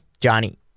Johnny